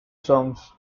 songs